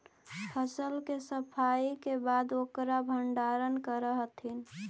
फसल के सफाई के बाद ओकर भण्डारण करऽ हथिन